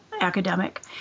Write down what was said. academic